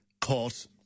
caught